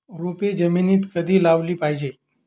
रोपे जमिनीत कधी लावली पाहिजे?